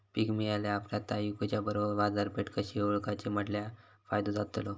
पीक मिळाल्या ऑप्रात ता इकुच्या बरोबर बाजारपेठ कशी ओळखाची म्हटल्या फायदो जातलो?